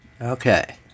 Okay